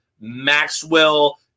Maxwell